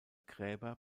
gräber